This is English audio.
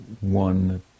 One